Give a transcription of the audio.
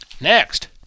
Next